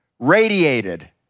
radiated